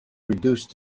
reduced